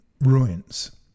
ruins